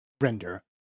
render